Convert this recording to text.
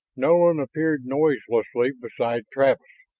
nolan appeared noiselessly beside travis.